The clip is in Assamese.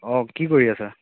অ কি কৰি আছা